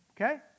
okay